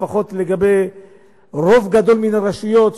לפחות לגבי רוב גדול מן הרשויות,